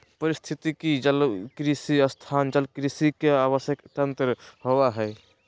पारिस्थितिकी जलकृषि स्थान जलकृषि के आवास तंत्र होबा हइ